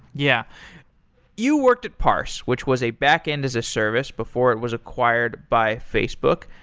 yeah you worked at parse, which was a backend as a service before it was acquired by facebook.